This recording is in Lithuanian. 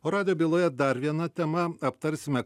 o radijo byloje dar viena tema aptarsime